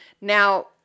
now